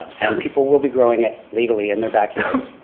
and people will be growing it legally in their backyards,